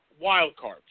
wildcards